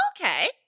okay